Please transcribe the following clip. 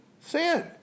Sin